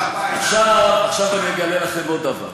עכשיו אני אגלה לכם עוד דבר,